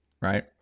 right